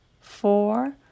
four